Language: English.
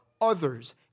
others